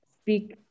speak